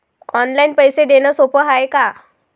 Online पैसे देण सोप हाय का?